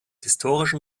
historischen